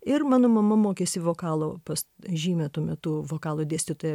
ir mano mama mokėsi vokalo pas žymią tuo metu vokalo dėstytoją